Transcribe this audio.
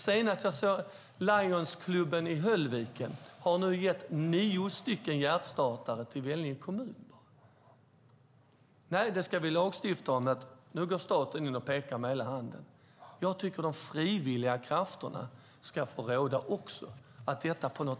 Senast såg jag att Lions Club i Höllviken gett nio hjärtstartare till Vellinge kommun. Nej, detta ska man lagstifta om, tycker ni, så att staten går in och pekar med hela handen. Jag tycker att de frivilliga krafterna ska få råda.